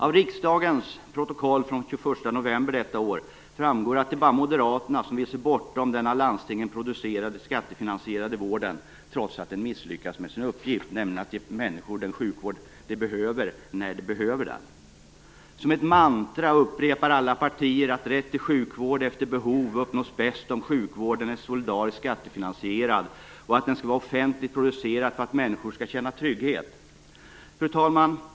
Av riksdagens protokoll från den 21 november detta år framgår att bara Moderaterna vill se bortom den av landstingen producerade och skattefinansierade vården, trots att den misslyckas med sin uppgift att ge människor den sjukvård de behöver när de behöver den. Som ett mantra upprepar alla andra partier att rätt till sjukvård efter behov uppnås bäst om sjukvården är solidariskt skattefinansierad och att den skall vara offentligt producerad för att människor skall känna trygghet. Fru talman!